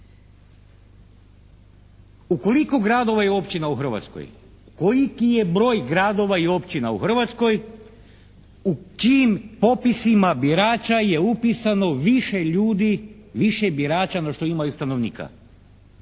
koliki je broj gradova i općina u Hrvatskoj u čijim popisima birača je upisano više ljudi, više birača nego što imaju stanovnika?